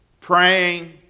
praying